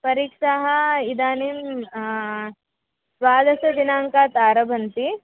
परीक्षाः इदानीं द्वादशदिनाङ्कात् आरभन्ते